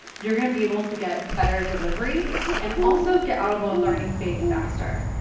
you're gonna be able to get better delivery and also get out of the learning phase faster.